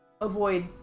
avoid